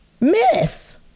Miss